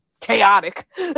chaotic